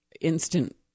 instant